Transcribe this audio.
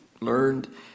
learned